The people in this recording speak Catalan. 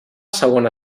segona